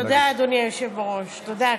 תודה, אדוני היושב-ראש, תודה.